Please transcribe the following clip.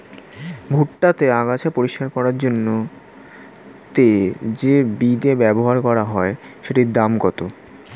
ভুট্টা তে আগাছা পরিষ্কার করার জন্য তে যে বিদে ব্যবহার করা হয় সেটির দাম কত?